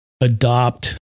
adopt